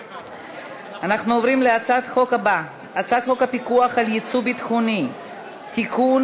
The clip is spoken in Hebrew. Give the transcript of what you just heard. אנחנו עוברים להצעת החוק הבאה: הצעת חוק הפיקוח על יצוא ביטחוני (תיקון,